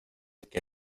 que